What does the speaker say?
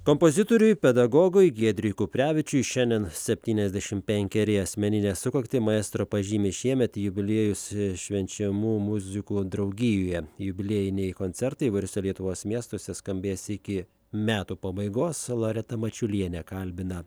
kompozitoriui pedagogui giedriui kuprevičiui šiandien septyniasdešim penkeri asmeninę sukaktį maestro pažymi šiemet jubiliejus švenčiamų muzikų draugijoje jubiliejiniai koncertai įvairiuose lietuvos miestuose skambės iki metų pabaigos loreta mačiulienė kalbina